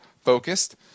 focused